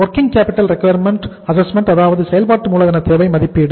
working capital requirement assessment அதாவது செயல்பாட்டு மூலதன தேவை மதிப்பீடு